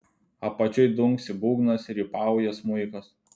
apačioj dunksi būgnas rypauja smuikas